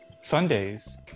Sundays